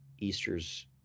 Easter's